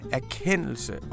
erkendelse